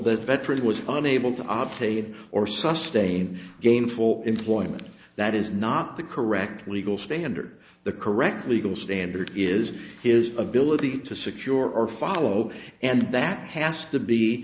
that veterans was unable to obfuscate or some stain gainful employment that is not the correct legal standard the correct legal standard is his ability to secure or follow and that has to be